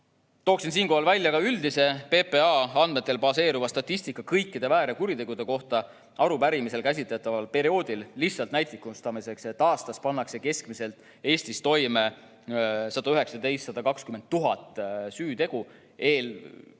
Toon siinkohal ära ka üldise, PPA andmetel baseeruva statistika kõikide väär- ja kuritegude kohta arupärimisel käsitletaval perioodil. Lihtsalt näitlikustamiseks ütlen, et aastas pannakse keskmiselt Eestis toime 119 000 – 120 000 süütegu.